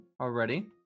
already